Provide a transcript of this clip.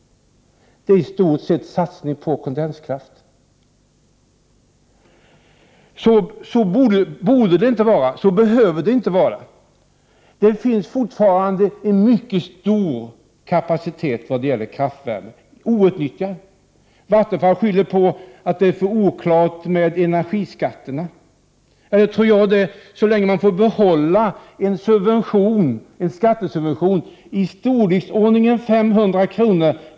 Det handlar i stort sett om en satsning på kondenskraft. Så borde det inte vara, och så behöver det inte vara. Det finns fortfarande en mycket stor outnyttjad kapacitet vad gäller kraftvärme. Vattenfall skyller på att energiskatterna är alltför oklara. Det tror jag det, så länge som man får behålla en skattesubvention i storleksordningen 500 kr.